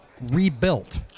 rebuilt